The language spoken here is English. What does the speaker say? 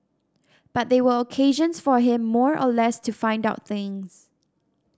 but they were occasions for him more or less to find out things